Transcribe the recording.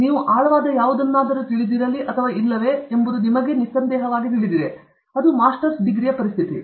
ನೀವು ಆಳವಾದ ಯಾವುದನ್ನಾದರೂ ತಿಳಿದಿರಲಿ ಅಥವಾ ಇಲ್ಲವೇ ಎಂಬುದು ನಿಮಗೆ ನಿಸ್ಸಂದೇಹವಾಗಿ ತಿಳಿದಿದೆ ಅದು ಮಾಸ್ಟರ್ಸ್ನ ಪರಿಸ್ಥಿತಿ